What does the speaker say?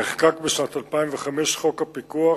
נחקק בשנת 2005 חוק הפיקוח